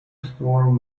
store